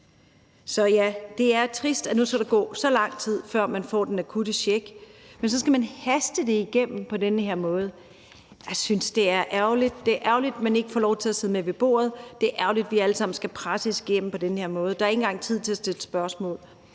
Så ja, det er trist, at der nu skal gå så lang tid, før man får den akutte check. Men så skal det hastes igennem på den her måde. Jeg synes, det er ærgerligt. Det er ærgerligt, at man ikke får lov til at sidde med ved bordet, det er ærgerligt, at det alt sammen skal presses igennem på den her måde. Der er ikke engang tid til at stille spørgsmål.